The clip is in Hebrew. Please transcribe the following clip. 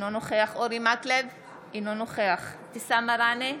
אינו נוכח אורי מקלב, אינו נוכח אבתיסאם מראענה,